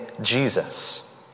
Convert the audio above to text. Jesus